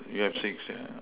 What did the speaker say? you have six ya